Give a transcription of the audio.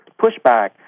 pushback